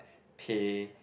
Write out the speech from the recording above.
pay